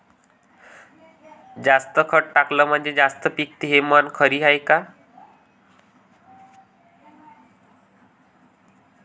जास्त खत टाकलं म्हनजे जास्त पिकते हे म्हन खरी हाये का?